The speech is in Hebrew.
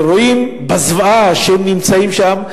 ורואים את הזוועה שהם נמצאים בה שם,